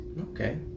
Okay